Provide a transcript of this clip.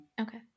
Okay